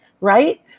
right